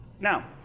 Now